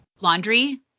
Laundry